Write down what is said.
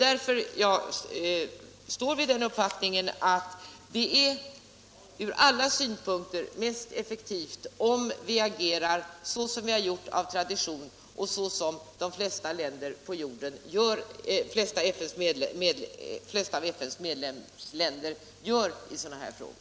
Därför står jag vid den uppfattningen att det från alla synpunkter är mest effektivt om vi agerar så som vi har gjort av tradition och så som de flesta av FN:s medlemsländer gör i sådana här frågor.